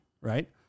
right